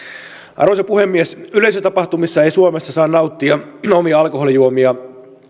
arvoisa puhemies yleisötapahtumissa ei suomessa saa nauttia omia alkoholijuomia